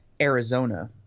Arizona